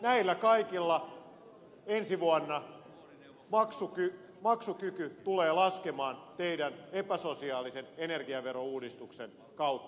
näillä kaikilla ensi vuonna maksukyky tulee laskemaan teidän epäsosiaalisen energiaverouudistuksenne kautta